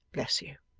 bless you